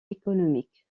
économiques